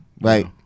right